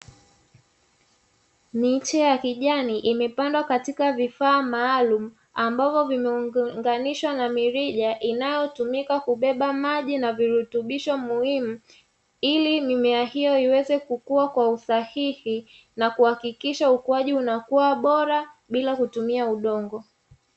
Miche ya kijani imepandwa katika vifaa maalumu, ambavyo vimeunganishwa na mirija inayotumika kubeba maji na virutubisho muhimu, ili nimea hiyo iweze kukua kwa usahihi na kuhakikisha ukuaji unakuwa bora, bila kutumia udongo.